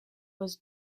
was